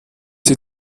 die